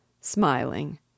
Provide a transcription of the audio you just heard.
smiling